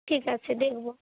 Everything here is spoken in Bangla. ঠিক আছে দেখব